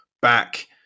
back